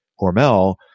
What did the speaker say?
Hormel